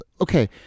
Okay